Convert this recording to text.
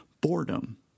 boredom